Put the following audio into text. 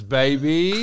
baby